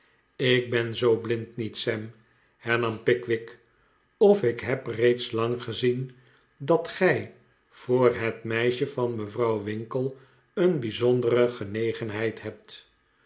jk ben zoo blind niet sam hern am pickwick of ik heb reeds lang gezien dat gij voor het meisje van mevro'uw winkle een b ijzondere genegenheid hebt